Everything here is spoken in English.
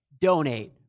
donate